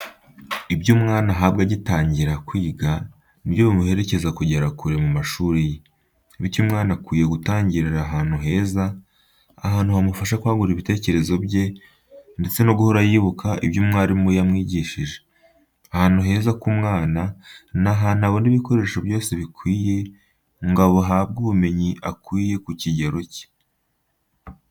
Ibyo umwana ahabwa agitangira kwiga ni byo bimuherekeza kugera kure mu mashuri ye, bityo umwana akwiye gutangirira ahantu heza, ahantu hamufasha kwagura ibitekerezo bye ndetse no guhora yibuka ibyo mwarimu yamwigishije. Ahantu heza k’umwana, ni ahantu abona ibikoresho byose bikwiye ngo ahabwe ubumenyi akwiye ku kigero cye.